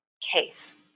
case